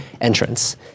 entrance